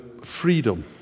freedom